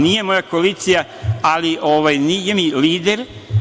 Nije moja koalicija, nije mi lider.